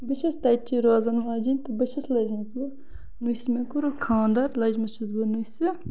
بہٕ چھَس تَتچی روزَن واجٕنۍ تہٕ بہٕ چھَس لٔجمٕژ وۄنۍ نُسہِ مےٚ کوٚرُکھ خاندَر لٔجمٕژ چھَس بہٕ نُسہِ